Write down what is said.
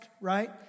right